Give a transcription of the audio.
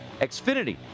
Xfinity